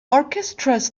orchestras